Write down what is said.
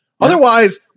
Otherwise